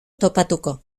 topatuko